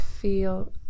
feel